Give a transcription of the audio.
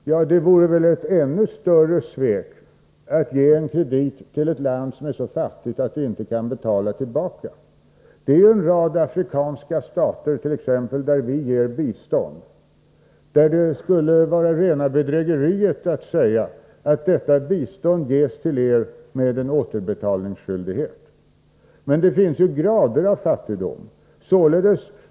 Men det vore väl ett ännu större svek att ge krediter till ett land, som är så fattigt att det inte kan betala tillbaka. Vi ger en rad afrikanska stater bistånd, och det skulle där vara rena bedrägeriet att säga att biståndet ges med återbetalningsskyldighet. Det finns grader av fattigdom.